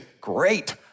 great